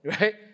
right